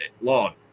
long